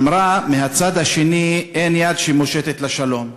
אמרה: מהצד השני אין יד שמושטת לשלום,